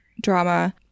drama